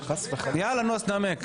יאללה, נו, תנמק.